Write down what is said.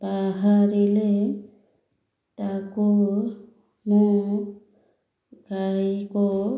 ବାହାରିଲେ ତାକୁ ମୁଁ ଗାଈକୁ